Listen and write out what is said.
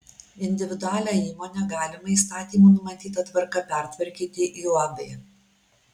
individualią įmonę galima įstatymų numatyta tvarka pertvarkyti į uab